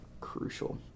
crucial